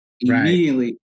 Immediately